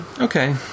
Okay